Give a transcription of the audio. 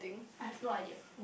I have no idea